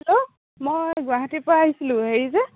hello মই গুৱাহাটীৰপৰা আহিছিলোঁ হেৰি যে